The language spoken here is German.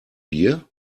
bier